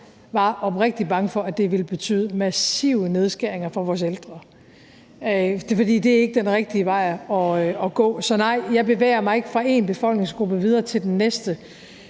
var oprigtigt bange for, at det ville betyde massive nedskæringer for vores ældre. For det er ikke den rigtige vej at gå. Så nej, jeg bevæger mig ikke fra en befolkningsgruppe og videre til den næste.